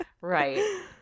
right